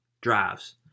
drives